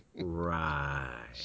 right